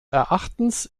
erachtens